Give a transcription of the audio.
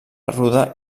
ruda